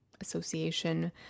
association